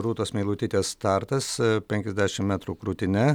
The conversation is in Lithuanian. rūtos meilutytės startas penkiasdešim metrų krūtine